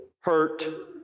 hurt